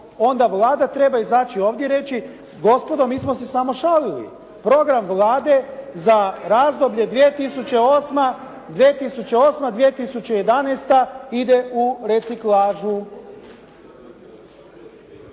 onda Vlada treba izaći i ovdje reći, gospodo mi smo se samo šalili. Program Vlade za razdoblje 2008., 2011. ide u reciklažu.